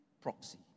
proxy